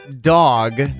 dog